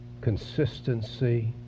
consistency